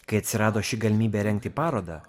kai atsirado ši galimybė rengti parodą